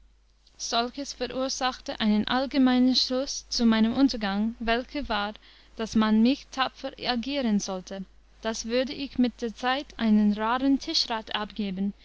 solches verursachte einen allgemeinen schluß zu meinem untergang welcher war daß man mich tapfer agieren sollte so würde ich mit der zeit einen raren tischrat abgeben